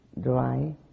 dry